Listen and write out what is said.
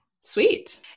Sweet